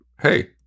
hey